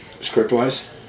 Script-wise